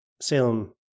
Salem